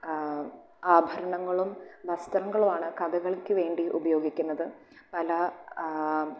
ആഭരണങ്ങളും വസ്ത്രങ്ങളുമാണ് കഥകളിക്ക് വേണ്ടി ഉപയോഗിക്കുന്നത് പല